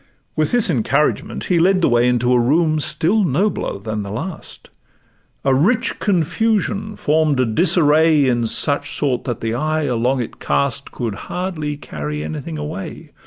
with this encouragement, he led the way into a room still nobler than the last a rich confusion form'd a disarray in such sort, that the eye along it cast could hardly carry anything away,